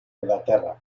inglaterra